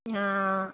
ಹಾಂ